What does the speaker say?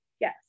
Yes